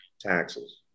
taxes